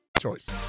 Choice